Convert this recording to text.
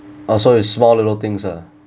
oh so is small little things ah